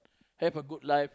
have a good life